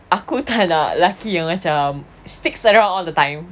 aku tak nak lelaki yang macam sticks around all the time